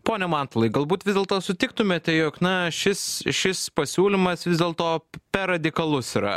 pone matulai galbūt vis dėlto sutiktumėte jog na šis šis pasiūlymas vis dėlto per radikalus yra